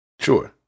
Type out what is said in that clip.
sure